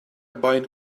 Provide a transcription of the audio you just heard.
bind